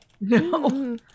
No